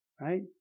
right